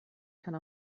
kann